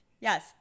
Yes